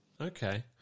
Okay